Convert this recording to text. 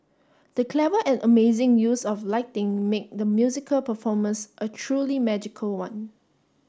the clever and amazing use of lighting make the musical performance a truly magical one